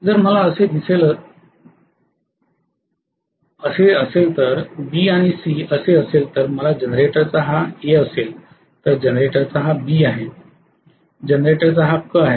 जर मला जर असे असेल तर B आणि C असे असेल तर जर मला जनरेटरचा हा ए असेल तर जनरेटरचा हा बी आहे जनरेटरचा हा क आहे